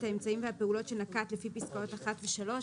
האמצעים והפעולות שנקט לפי פסקאות (1) ו-(3),